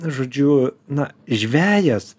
žodžiu na žvejas